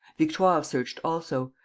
victoire searched also.